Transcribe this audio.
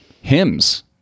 hymns